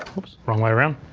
oops wrong way around.